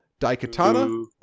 Daikatana